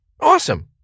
Awesome